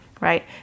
right